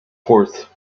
fort